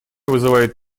вызывает